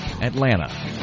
Atlanta